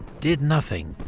did nothing.